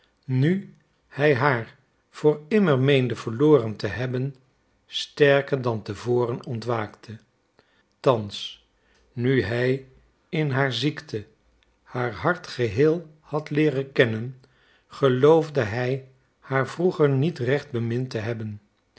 nu hij haar voor immer meende verloren te hebben sterker dan te voren ontwaakte thans nu hij in haar ziekte haar hart geheel had leeren kennen geloofde hij haar vroeger niet recht bemind te hebben